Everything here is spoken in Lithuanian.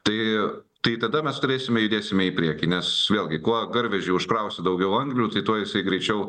tai tai tada mes turėsime judėsime į priekį nes vėlgi kuo garvežiai užkrausiu daugiau anglių tai tuo jisai greičiau